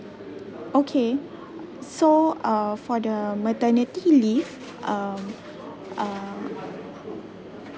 okay so uh for the maternity leave um uh